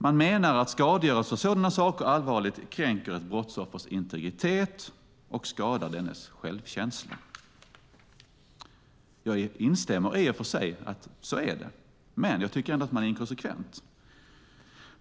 Man menar att skadegörelse av sådana saker allvarligt kränker ett brottsoffers integritet och skadar dennes självkänsla. Jag instämmer i och för sig i att det är så. Men jag tycker ändå att man är inkonsekvent.